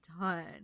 done